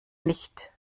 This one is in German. nicht